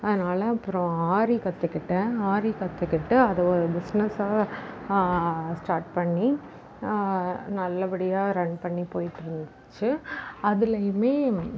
அதனால் அப்புறோம் ஆரி கற்றுக்கிட்டன் ஆரி கற்றுக்கிட்டு அதை ஒரு பிஸ்னஸ்சாக ஸ்டார்ட் பண்ணி நல்ல படியாக ரன் பண்ணி போயிட்ருந்துச்சு அதுலையுமே